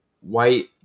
White